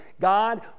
God